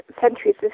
centuries